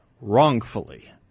wrongfully